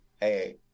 Hey